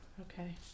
Okay